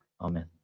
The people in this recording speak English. Amen